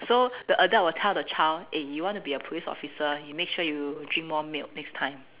so the adult will tell the child eh you want to be a police officer you make sure you drink more milk next time